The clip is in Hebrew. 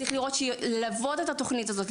צריך לראות ללוות את התוכנית הזאת,